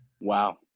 Wow